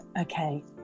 okay